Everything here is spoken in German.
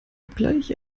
obgleich